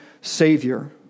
savior